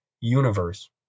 universe